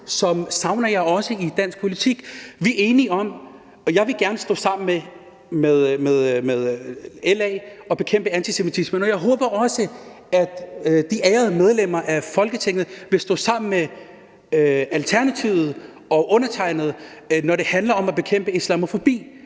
jeg også i dansk politik. Jeg vil gerne stå sammen med LA for at bekæmpe antisemitisme, og jeg håber også, at de ærede medlemmerne af Folketinget vil stå sammen med Alternativet og undertegnede, når det handler om at bekæmpe islamofobi.